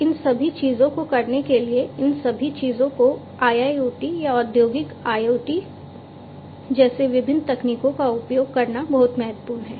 तो इन सभी चीजों को करने के लिए इन सभी चीजों को IIoT या औद्योगिक IoT जैसी विभिन्न तकनीकों का उपयोग करना बहुत महत्वपूर्ण है